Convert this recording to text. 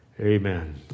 Amen